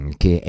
che